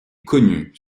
connues